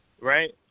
right